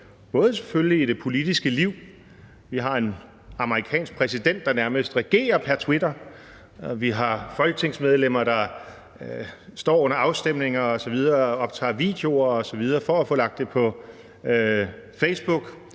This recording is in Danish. også i det politiske liv. Vi har en amerikansk præsident, der nærmest regerer pr. Twitter, og vi har folketingsmedlemmer, der står under afstemninger osv. og optager videoer for at få lagt dem på Facebook.